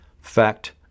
fact